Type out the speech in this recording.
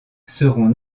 seront